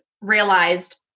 realized